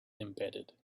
embedded